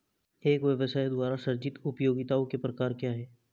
एक व्यवसाय द्वारा सृजित उपयोगिताओं के प्रकार क्या हैं?